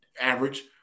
average